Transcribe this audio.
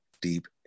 deep